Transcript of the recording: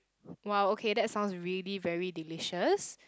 !wow! okay that's was really very delicious